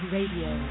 Radio